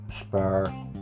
spare